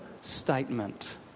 statement